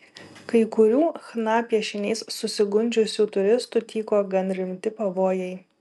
kai kurių chna piešiniais susigundžiusių turistų tyko gan rimti pavojai